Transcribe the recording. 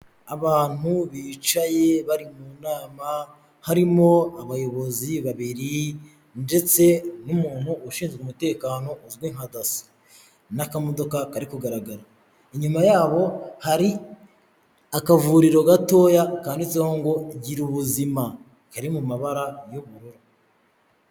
Abantu bicaye bari mu nama, harimo abayobozi babiri ndetse n'umuntu ushinzwe umutekano uzwi nka daso n'akamodoka karo kugaragara, inyuma yabo hari akavuriro gatoya kanditseho ngo" gira ubuzima" kari mu mabara y'ubururu.